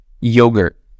Yogurt